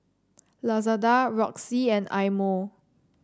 Lazada Roxy and Eye Mo